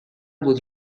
بود